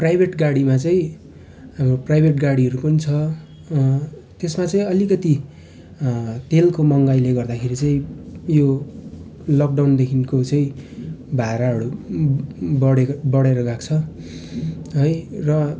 private गाडीमा चाहिँ private गाडीहरू पनि छ त्यसमा चाहिँ अलिकति तेलको महँगाइले गर्दाखेरि चाहिँ यो लकडाउनदेखिको चाहिँ भाडाहरू बढेको बढेर गएको छ है र